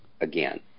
again